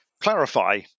clarify